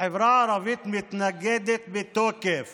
החברה הערבית מתנגדת בתוקף